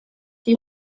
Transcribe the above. die